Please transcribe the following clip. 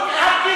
אה, זה אנחנו,